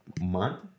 Month